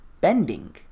bending